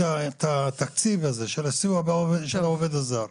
את התקציב הזה של הסיוע של העובד הזר.